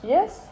Yes